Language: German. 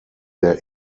der